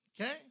okay